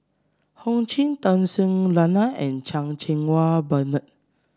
Ho Ching Tun Sri Lanang and Chan Cheng Wah Bernard